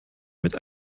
mit